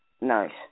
Nice